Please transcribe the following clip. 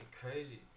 crazy